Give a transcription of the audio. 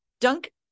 dunk